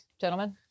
Gentlemen